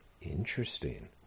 Interesting